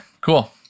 cool